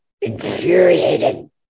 infuriating